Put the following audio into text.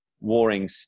warring